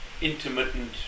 intermittent